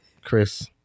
Chris